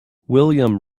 william